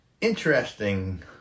interesting